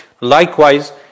Likewise